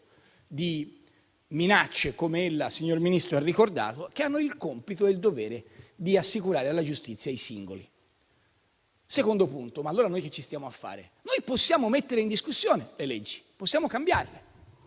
di minacce, come ella, signor Ministro ha ricordato; magistrati che hanno il compito e il dovere di assicurare alla giustizia i singoli. Secondo punto: ma allora noi che ci stiamo a fare? Noi possiamo mettere in discussione le leggi e possiamo cambiarle.